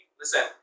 listen